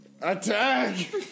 Attack